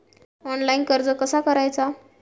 Online कर्ज कसा करायचा?